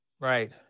Right